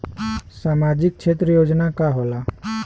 सामाजिक क्षेत्र योजना का होला?